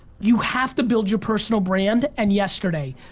you have to build your personal brand and yesterday.